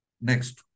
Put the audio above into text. Next